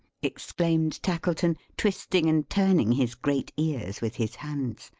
exclaimed tackleton, twisting and turning his great ears with his hands.